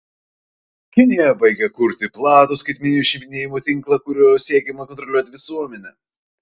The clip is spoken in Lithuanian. kinija baigia kurti platų skaitmeninio šnipinėjimo tinklą kuriuo siekiama kontroliuoti visuomenę